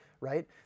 right